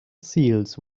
seals